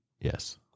Yes